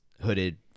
hooded